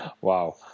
Wow